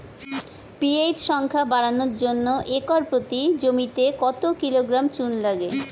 PH সংখ্যা বাড়ানোর জন্য একর প্রতি জমিতে কত কিলোগ্রাম চুন লাগে?